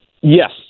Yes